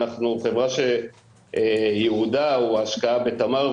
אנחנו חברה שייעודה הוא ההשקעה בתמר,